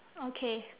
okay